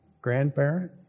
grandparent